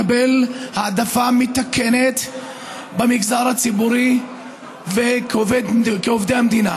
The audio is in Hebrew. לקבל העדפה מתקנת במגזר הציבורי וכעובדי המדינה.